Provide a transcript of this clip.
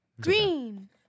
Green